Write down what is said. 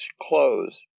clothes